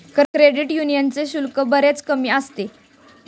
credit यूनियनचे शुल्क बरेच कमी असते